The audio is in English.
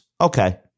Okay